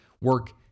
work